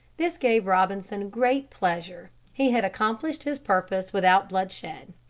this gave robinson great pleasure. he had accomplished his purpose without bloodshed.